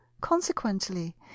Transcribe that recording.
consequently